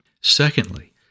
Secondly